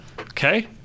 okay